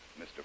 Mr